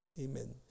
amen